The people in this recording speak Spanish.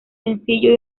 sencillo